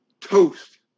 toast